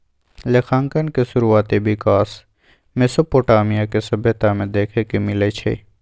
लेखांकन के शुरुआति विकास मेसोपोटामिया के सभ्यता में देखे के मिलइ छइ